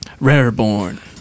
Rareborn